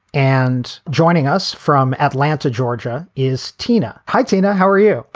and joining us from atlanta, georgia is tina. hi, tina. how are you,